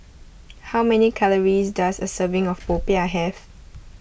how many calories does a serving of Popiah have